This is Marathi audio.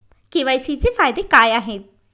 के.वाय.सी चे फायदे काय आहेत?